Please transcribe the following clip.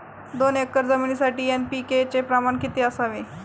दोन एकर जमिनीसाठी एन.पी.के चे प्रमाण किती असावे?